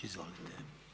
Izvolite.